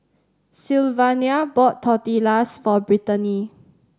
Sylvania bought Tortillas for Britany